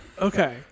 Okay